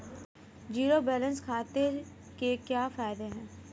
Zero balance खाते के क्या फायदे हैं?